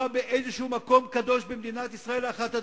באיזשהו מקום קדוש במדינת ישראל לאחת הדתות.